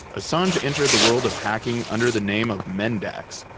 assange entered the world of hacking under the name of mendax,